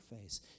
face